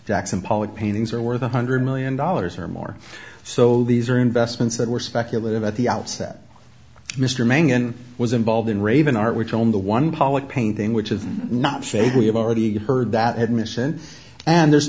jackson pollock paintings are worth one hundred million dollars or more so these are investments that were speculative at the outset mr mangan was involved in raven art which on the one pollock painting which is not shade we have already heard that admission and there's